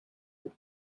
vous